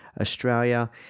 Australia